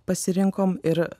pasirinkom ir